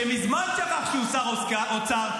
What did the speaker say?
שמזמן שכח שהוא שר אוצר,